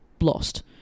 lost